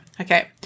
Okay